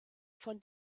von